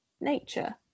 nature